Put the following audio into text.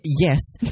Yes